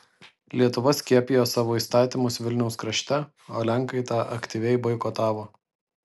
lietuva skiepijo savo įstatymus vilniaus krašte o lenkai tą aktyviai boikotavo